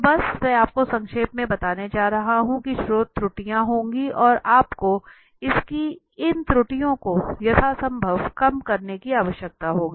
तो बस मैं आपको संक्षेप में बताने जा रहा हूं कि शोध त्रुटियां होंगी और आपको इसकी इन त्रुटियों को यथासंभव कम करने की आवश्यकता होगी